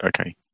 Okay